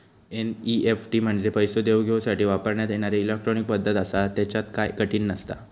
NEFT म्हंजे पैसो देवघेवसाठी वापरण्यात येणारी इलेट्रॉनिक पद्धत आसा, त्येच्यात काय कठीण नसता